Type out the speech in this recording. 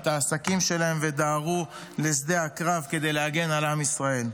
את העסקים שלהם ודהרו לשדה הקרב כדי להגן על עם ישראל.